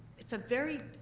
it's a very.